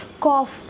cough